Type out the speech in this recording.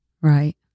Right